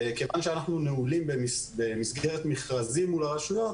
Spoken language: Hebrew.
כיוון שאנחנו נעולים במסגרת מכרזים מול הרשויות,